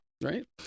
right